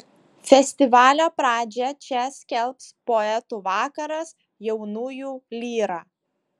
festivalio pradžią čia skelbs poetų vakaras jaunųjų lyra